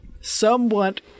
somewhat